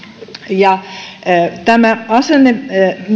ja asenne